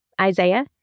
Isaiah